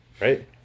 right